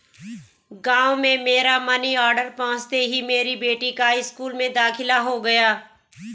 गांव में मेरा मनी ऑर्डर पहुंचते ही मेरी बेटी का स्कूल में दाखिला हो गया